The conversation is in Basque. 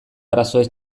arazoez